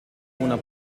una